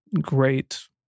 great